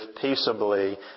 peaceably